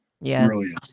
Yes